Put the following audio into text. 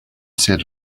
set